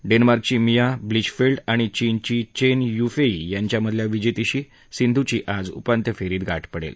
डेन्मार्कची Mia Blichfeldt आणि चीनची Chen Yufei यांच्यामधल्या विजेतीशी सिंधूची आज उपांत्यफेरीत गाठ पडेल